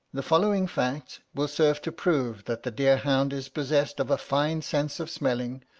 the following fact will serve to prove that the deer-hound is possessed of a fine sense of smelling,